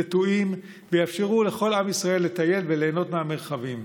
נטועים ויאפשרו לכל עם ישראל לטייל וליהנות מהמרחבים.